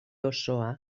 osoa